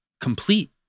complete